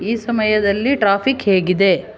ಈ ಸಮಯದಲ್ಲಿ ಟ್ರಾಫಿಕ್ ಹೇಗಿದೆ